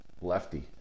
Lefty